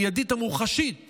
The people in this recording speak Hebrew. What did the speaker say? המיידית המוחשית